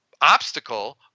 obstacle